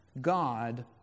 God